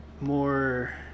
More